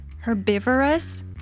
herbivorous